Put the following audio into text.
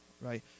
right